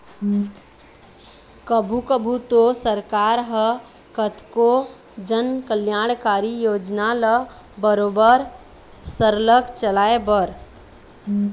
कभू कभू तो सरकार ह कतको जनकल्यानकारी योजना ल बरोबर सरलग चलाए बर